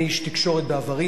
אני איש תקשורת בעברי,